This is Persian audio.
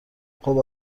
خوب